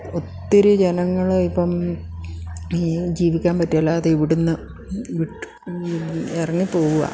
ഒത്തിരി ജനങ്ങൾ ഇപ്പം ഈ ജീവിക്കാൻ പറ്റുകയില്ലതെ ഇവിടെ നിന്ന് ഇറങ്ങി പോവുക